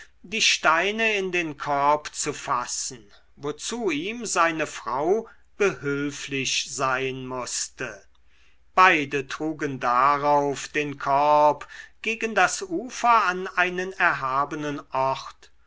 die steine in den korb zu fassen wozu ihm seine frau behülflich sein mußte beide trugen darauf den korb gegen das ufer an einen erhabenen ort